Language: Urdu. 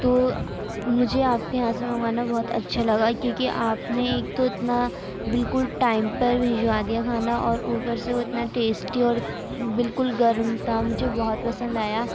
تو مجھے آپ کے یہاں سے منگوانا بہت اچھا لگا کیونکہ آپ نے ایک تو اتنا بالکل ٹائم پر بھجوا دیا کھانا اور اوپر سے وہ اتنا ٹیسٹی اور بالکل گرم تھا مجھے بہت پسند آیا